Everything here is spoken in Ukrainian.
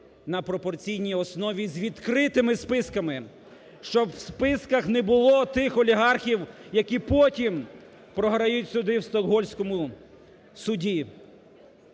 на пропорційній основі з відкритими списками, щоб в списках не було тих олігархів, які потім програють суди в Стокгольмському суді.